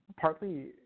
partly